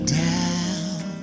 down